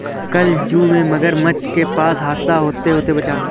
कल जू में मगरमच्छ के पास हादसा होते होते बचा